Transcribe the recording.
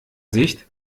sicht